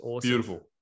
Beautiful